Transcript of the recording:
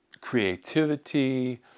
creativity